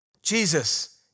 Jesus